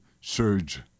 surge